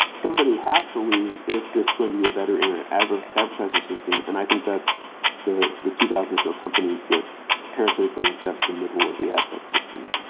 somebody has to lose if there's going to be a better internet advertising system, and i think that's the the two thousand or so companies that parasitically infest the middle of the adtech system.